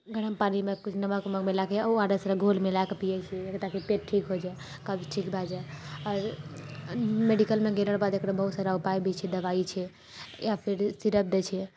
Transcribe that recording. गरम पानिमे किछु नमक ओमक मिलाएके ओ आर एस रऽ घोल मिलाए कऽ पियैत छियै ताकि पेट ठीक हो जाए कब्ज ठीक भए जाए आओर मेडिकलमे गेला रऽ बाद एकरा बहुत सारा ऊपाय भी छै दवाइ छै या फेर सिरफ दै छै